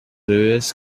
louis